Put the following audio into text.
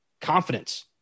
confidence